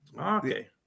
Okay